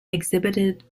exhibited